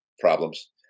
problems